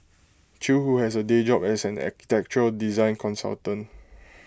chew who has A day job as an architectural design consultant